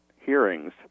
hearings